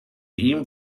ihm